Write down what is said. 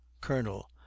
Colonel